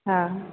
हा